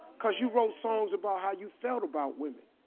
cause you wrote songs about how you felt about women.